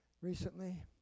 recently